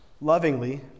lovingly